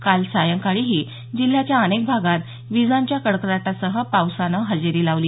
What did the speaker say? काल सायंकाळीही जिल्ह्याच्या अनेक भागात विजांच्या कडकडाटासह पावसाने हजेरी लावली